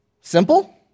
Simple